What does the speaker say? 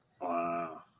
Wow